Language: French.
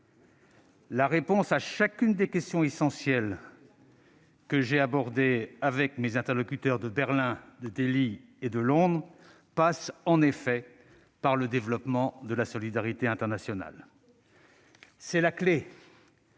La réponse à chacune des questions essentielles que j'ai abordées avec mes interlocuteurs de Berlin, de Delhi et de Londres passe, en effet, par le développement de la solidarité internationale. C'est la clé